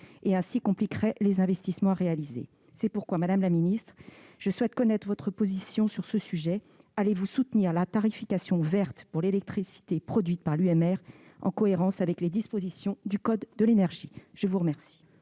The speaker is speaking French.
et compliquerait ainsi les investissements à réaliser. C'est pourquoi, madame la secrétaire d'État, je souhaite connaître votre position sur ce sujet : allez-vous soutenir la tarification verte pour l'électricité produite par l'UMR, en cohérence avec les dispositions du code de l'énergie ? La parole